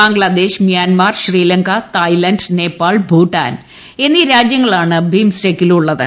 Bangladesh Myanmar Sri Lanka Thailand Nepal Bhutan എന്നീ രാജ്യങ്ങളാണ് ബിംസ്റ്റെകിലുള്ളത്